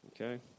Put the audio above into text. Okay